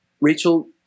Rachel